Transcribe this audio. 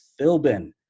Philbin